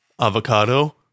avocado